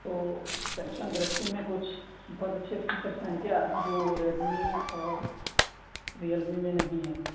تو Samsung Galaxy میں کچھ بہت اچھے فیچرس ہیں کیا جو ریڈ می اور ریئل می میں نہیں ہیں